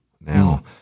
Now